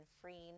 freeing